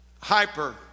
Hyper